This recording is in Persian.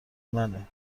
منه